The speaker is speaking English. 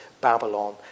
Babylon